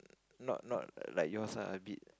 not not like yours ah a bit